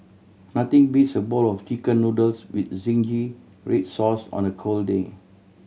nothing beats a bowl of Chicken Noodles with zingy red sauce on a cold day